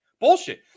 Bullshit